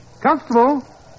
Constable